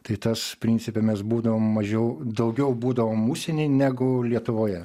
tai tas principe mes būdavom mažiau daugiau būdavom užsieny negu lietuvoje